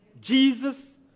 Jesus